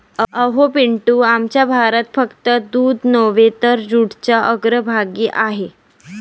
अहो पिंटू, आमचा भारत फक्त दूध नव्हे तर जूटच्या अग्रभागी आहे